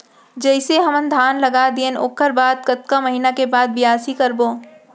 जइसे हमन धान लगा दिएन ओकर बाद कतका महिना के बाद बियासी करबो?